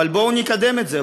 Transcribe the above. אבל בואו נקדם את זה,